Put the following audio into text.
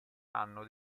hanno